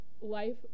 life